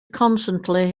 constantly